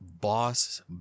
boss